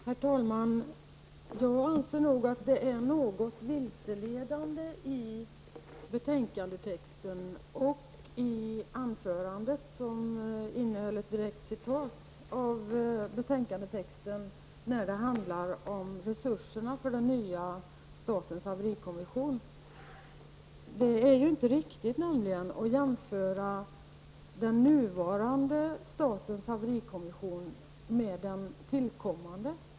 Herr talman! Jag anser nog att betänkandetexten och Sten-Ove Sundströms anförande som innehöll ett direkt citat av betänkandetexten, är något vilseledande i den del som handlar om resurserna för statens nya haverikommission. Det är nämligen inte riktigt att jämföra statens nuvarande haverikommission med den tillkommande.